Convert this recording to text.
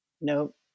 Nope